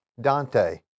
Dante